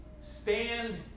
stand